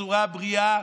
בצורה בריאה,